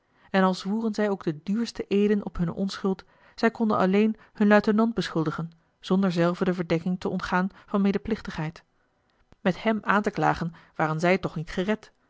en al zwoeren zij ook de duurste eeden op hunne onschuld zij konden alleen hun luitenant beschuldigen zonder zelven de verdenking te ontgaan van medeplichtigheid met hem aan te klagen waren zij toch niet gered